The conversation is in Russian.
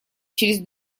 через